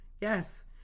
Yes